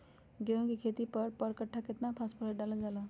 गेंहू के खेती में पर कट्ठा केतना फास्फोरस डाले जाला?